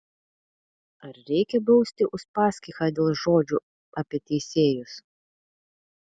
ar reikia bausti uspaskichą dėl žodžių apie teisėjus